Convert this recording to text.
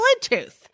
Bluetooth